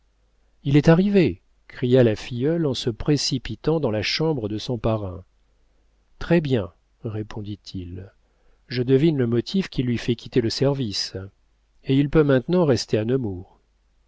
il est arrivé cria la filleule en se précipitant dans la chambre de son parrain très-bien répondit-il je devine le motif qui lui fait quitter le service et il peut maintenant rester à